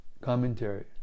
Commentary